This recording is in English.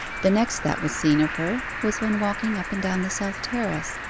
the next that was seen of her was when walking up and down the south terrace,